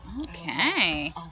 Okay